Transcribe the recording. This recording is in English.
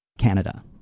Canada